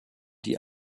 die